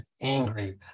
angry